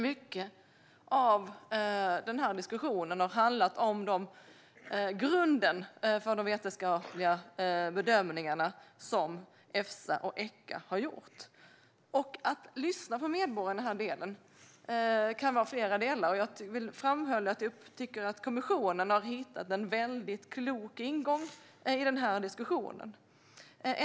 Mycket av denna diskussion har handlat om grunden för de vetenskapliga bedömningar som Efsa och Echa har gjort. När det gäller att lyssna på medborgarna i denna del - det kan vara flera delar - framhöll jag att jag tycker att kommissionen har hittat en mycket klok ingång i denna diskussion.